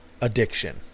addiction